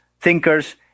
thinkers